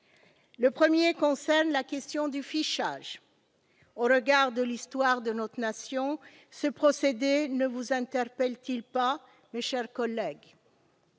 se pose la question du fichage. Au regard de l'histoire de notre Nation, ce procédé ne vous interpelle-t-il pas, mes chers collègues ?